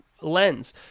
lens